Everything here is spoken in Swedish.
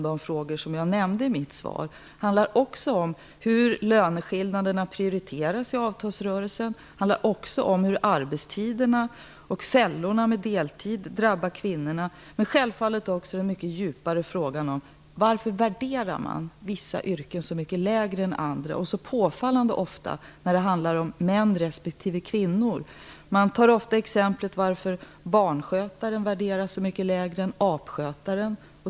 De frågor jag nämnde i mitt svar handlar också om hur löneskillnaderna prioriteras i avtalsrörelsen och om hur arbetstiderna och fällorna med deltider drabbar kvinnor. Självfallet gäller det även den djupare frågan om varför vissa yrken värderas så mycket lägre än andra - så påfallande ofta när det handlar om män respektive kvinnor. Ett ofta använt exempel är varför barnskötarens arbete värderas lägre än apskötarens arbete.